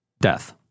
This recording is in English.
death